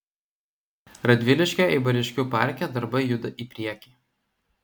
radviliškio eibariškių parke darbai juda į priekį